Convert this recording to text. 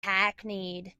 hackneyed